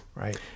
Right